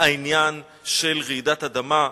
העניין של רעידת אדמה,